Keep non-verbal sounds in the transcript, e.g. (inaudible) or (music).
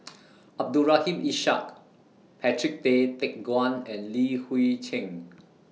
(noise) Abdul Rahim Ishak Patrick Tay Teck Guan and Li Hui Cheng